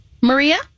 Maria